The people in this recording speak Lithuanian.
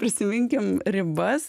prisiminkim ribas